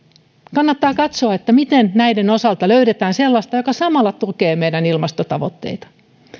kannattaa katsoa miten näiden osalta löydetään sellaista mikä samalla tukee meidän ilmastotavoitteita